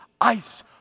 ice